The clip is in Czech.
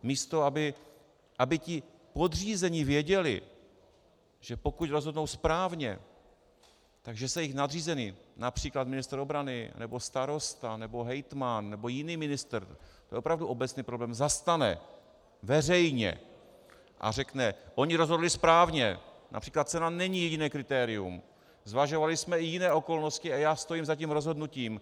Místo aby ti podřízení věděli, že pokud rozhodnou správně, tak že se jich nadřízený, například ministr obrany nebo starosta nebo hejtman nebo jiný ministr, to je opravdu obecný problém, zastane veřejně a řekne: Oni rozhodli správně, například cena není jediné kritérium, zvažovali jsme i jiné okolnosti a já stojím za tím rozhodnutím.